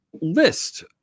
list